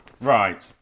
Right